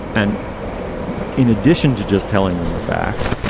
and in addition to just telling them the facts,